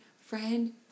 friend